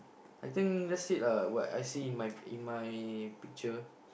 I think that's it ah what I see in my in my picture